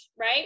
right